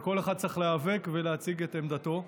וכל אחד צריך להיאבק ולהציג את עמדתו.